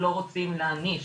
ולא רוצים להעניש,